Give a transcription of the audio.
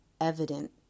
evident